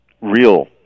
real